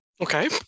okay